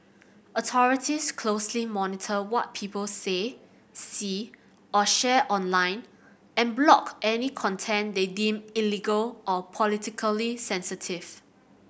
authorities closely monitor what people say see or share online and block any content they deem illegal or politically sensitive